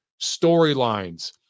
storylines